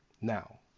Now